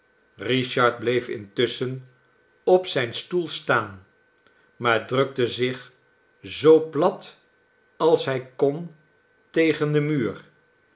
richard bleef intusschen op zijn stoel staan maar drukte zich zoo plat als hij kon tegen den muur